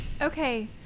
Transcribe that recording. okay